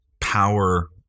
power